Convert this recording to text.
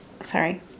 sorry